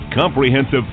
comprehensive